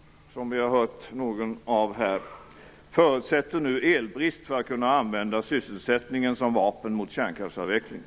- vi har hört någon av dem här - förutsätter nu elbrist för att kunna använda sysselsättningen som vapen mot kärnkraftsavvecklingen.